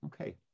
Okay